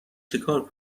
چیکار